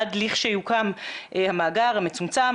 עד לכשיוקם המאגר המצומצם,